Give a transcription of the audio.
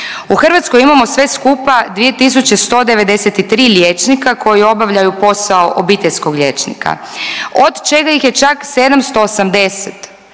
U Hrvatskoj imamo sve skupa 2 193 liječnika koji obavljaju posao obiteljskog liječnika, od čega ih je čak 780